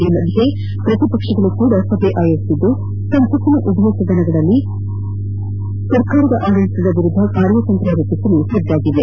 ಈ ಮಧ್ಯೆ ಪ್ರತಿಪಕ್ಷಗಳೂ ಸಹ ಸಭೆ ಆಯೋಜಿಸಿದ್ದು ಸಂಸತ್ತಿನ ಉಭಯ ಸದನಗಳಲ್ಲಿ ಸರ್ಕಾರದ ಆಡಳಿತದ ವಿರುದ್ದ ಕಾರ್ಯತಂತ್ರ ರೂಪಿಸಲು ಸಜ್ಞಾಗಿವೆ